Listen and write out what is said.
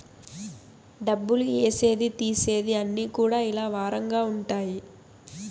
డబ్బులు ఏసేది తీసేది అన్ని కూడా ఇలా వారంగా ఉంటాయి